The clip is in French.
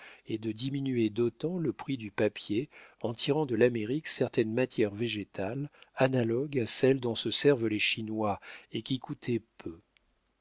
et de diminuer d'autant le prix du papier en tirant de l'amérique certaines matières végétales analogues à celles dont se servent les chinois et qui coûtaient peu